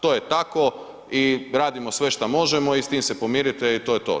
To je tako i radimo sve šta možemo i s tim se pomirite i to je to.